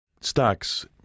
Stocks